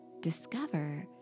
discover